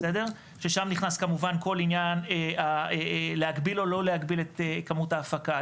ששם נכנס כמובן כל עניין להגביל או לא להגביל את כמות ההפקה,